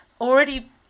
already